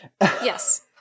Yes